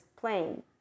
plane